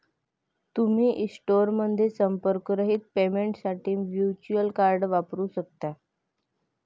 तुम्ही स्टोअरमध्ये संपर्करहित पेमेंटसाठी व्हर्च्युअल कार्ड वापरू शकता